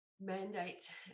mandate